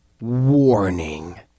Warning